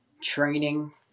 training